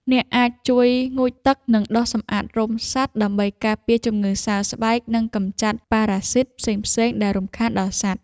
អ្នកអាចជួយងូតទឹក និងដុសសម្អាតរោមសត្វ ដើម្បីការពារជំងឺសើស្បែក និងកម្ចាត់ប៉ារ៉ាស៊ីតផ្សេងៗដែលរំខានដល់សត្វ។